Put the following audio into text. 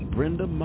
Brenda